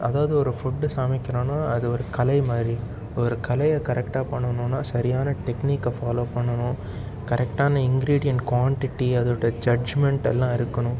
அதாவது ஒரு ஃபுட்டு சமைக்கிறோன்னா அது ஒரு கலை மாதிரி ஒரு கலையை கரெக்டாக பண்ணனுனா சரியான டெக்னிக்கா ஃபாலோவ் பண்ணனும் கரெக்டான இன்கிரிடியென்ட் குவான்டிட்டி அதோடய ஜட்ஜ்மென்ட் எல்லா இருக்கணும்